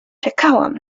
czekałam